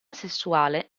sessuale